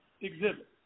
exhibit